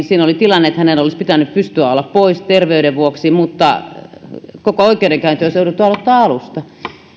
siinä oli tilanne että hänen olisi pitänyt pystyä olemaan pois terveytensä vuoksi mutta koko oikeudenkäynti olisi jouduttu aloittamaan alusta